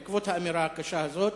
בעקבות האמירה הקשה הזאת,